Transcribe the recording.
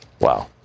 Wow